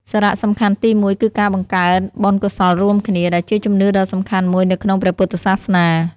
សារៈសំខាន់ទីមួយគឺការបង្កើតបុណ្យកុសលរួមគ្នា ដែលជាជំនឿដ៏សំខាន់មួយនៅក្នុងព្រះពុទ្ធសាសនា។